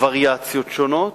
וריאציות שונות,